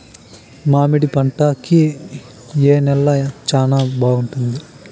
మామిడి పంట కి ఏ నేల చానా బాగుంటుంది